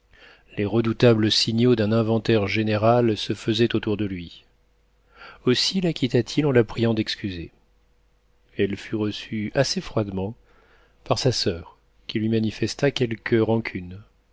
les redoutables signaux d'un inventaire général se faisaient autour de lui aussi la quitta t il en la priant d'excuser elle fut reçue assez froidement par sa soeur qui lui manifesta quelque rancune